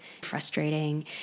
frustrating